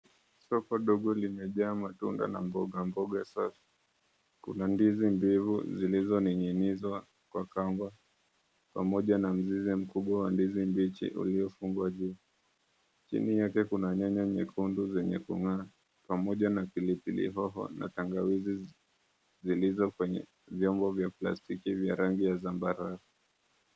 Soko dogo limejaa matunda na mboga mboga sasa. Kuna ndizi mbivu zilizoning'inizwa kwa kamba pamoja na mzizi mkubwa wa ndizi mbichi uliofungwa juu. Chini yake kuna nyanya nyekundu zenye kung'aa pamoja na pilipili hoho na tangawizi zilizo kwenye vyombo vya plastiki vya rangi ya zambarau.